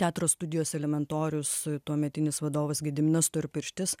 teatro studijos elementorius tuometinis vadovas gediminas storpirštis